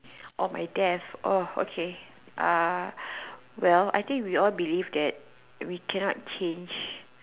or my death oh okay uh well I think we all believe that we can not change